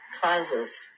causes